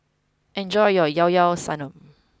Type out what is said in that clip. enjoy your llao llao Sanum